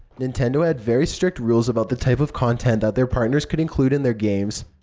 nintendo had very strict rules about the type of content that their partners could include in their games.